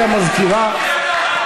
גברתי המזכירה?